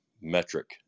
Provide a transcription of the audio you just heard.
metric